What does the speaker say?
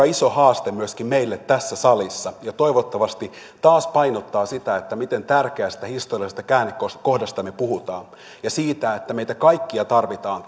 iso haaste myöskin meille tässä salissa ja toivottavasti taas painottaa sitä miten tärkeästä historiallisesta käännekohdasta me puhumme ja siitä että meitä kaikkia tarvitaan